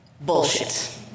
Bullshit